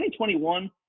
2021